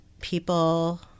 people